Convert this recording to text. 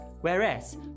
whereas